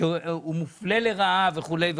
שמופלה לרעה וכו'.